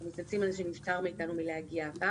אנחנו מתנצלים על זה שנבצר מאיתנו להגיע הפעם.